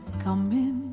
come in